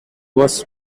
was